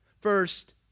First